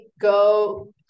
go